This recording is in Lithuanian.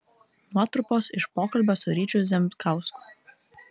nuotrupos iš pokalbio su ryčiu zemkausku